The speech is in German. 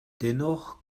dennoch